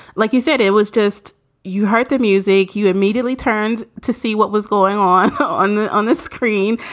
like you said, it was just you heard the music. you immediately turned to see what was going on on on the screen.